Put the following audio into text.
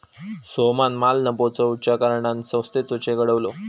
सोहमान माल न पोचवच्या कारणान संस्थेचो चेक अडवलो